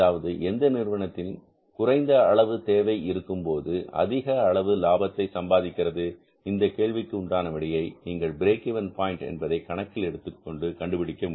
அதாவது எந்த நிறுவனம் குறைந்த அளவு தேவை இருக்கும்போது அதிக அளவு லாபத்தை சம்பாதிக்கிறது இந்த கேள்விக்கு உண்டான விடையை நீங்கள் பிரேக் இவென் பாயின்ட் என்பதை கணக்கில் எடுத்துக்கொண்டு கண்டுபிடிக்க வேண்டும்